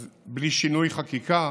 אז בלי שינוי חקיקה